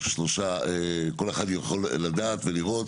שכל אחד יכול לדעת ולראות